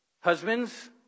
Husbands